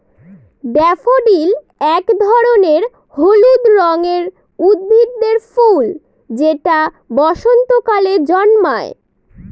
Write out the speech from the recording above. daffodil এক ধরনের হলুদ রঙের উদ্ভিদের ফুল যেটা বসন্তকালে জন্মায়